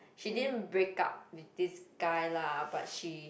she didn't break up with this guy lah but she